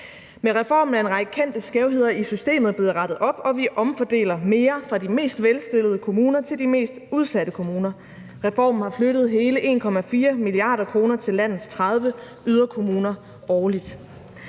Med reformen er en række kendte skævheder i systemet blevet rettet op, og vi omfordeler mere fra de mest velstillede kommuner til de mest udsatte kommuner. Reformen har flyttet hele 1,4 mia. kr. til landets 30 yderkommuner årligt.